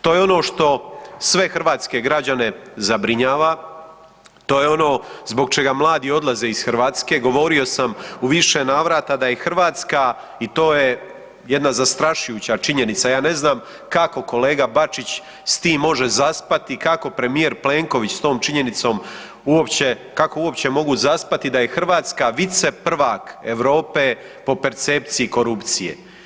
To je ono što sve hrvatske građane zabrinjava, to je ono zbog čega mladi odlaze iz Hrvatske, govorio sam u više navrata da je Hrvatska, i to je jedna zastrašujuća činjenica, ja ne znam kako kolega Bačić s tim može zaspati, kako premijer Plenković s tom činjenicom, kako uopće mogu zaspati da je Hrvatska viceprvak Europe po percepciji korupcije.